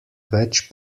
več